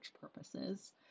purposes